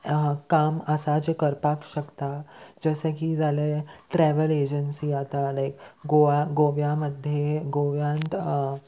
काम आसा जें करपाक शकता जशें की जालें ट्रॅवल एजन्सी आतां लायक गोवा गोव्या मध्ये गोव्यांत